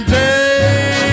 day